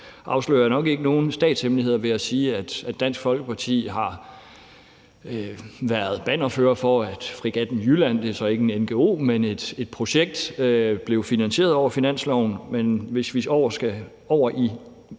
afslører jeg nok ikke nogen statshemmeligheder, tror jeg, ved at sige, at Dansk Folkeparti har været bannerfører for, at Fregatten Jylland – det er så ikke en ngo, men et projekt – blev finansieret over finansloven, men hvis vi skal over i